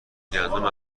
گندم